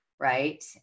Right